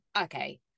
Okay